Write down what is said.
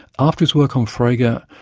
after his work on frege, and